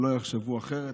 שלא יחשבו אחרת,